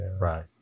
Right